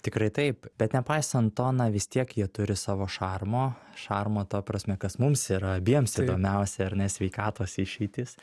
tikrai taip bet nepaisant to na vis tiek jie turi savo šarmo šarmo ta prasme kas mums yra abiems įdomiausia ar ne sveikatos išeitis